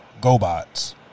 GoBots